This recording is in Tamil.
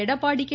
எடப்பாடி கே